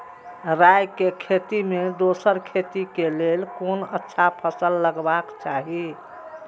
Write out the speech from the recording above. राय के खेती मे दोसर खेती के लेल कोन अच्छा फसल लगवाक चाहिँ?